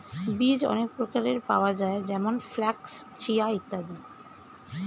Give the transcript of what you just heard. বীজ অনেক প্রকারের পাওয়া যায় যেমন ফ্ল্যাক্স, চিয়া ইত্যাদি